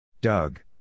Doug